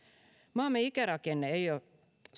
maamme ikärakenne ei ole